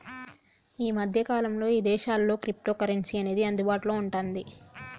యీ మద్దె కాలంలో ఇదేశాల్లో క్రిప్టోకరెన్సీ అనేది అందుబాటులో వుంటాంది